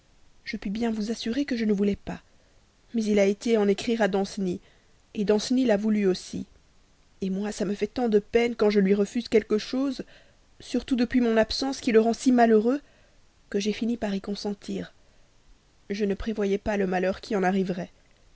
je puis bien vous assurer que je ne le voulais pas mais il a été en écrire à danceny danceny l'a voulu aussi moi ça me fait tant de peine quand je lui refuse quelque chose surtout depuis mon absence qui le rend si malheureux que j'ai fini par y consentir je ne prévoyais pas le malheur qui en arriverait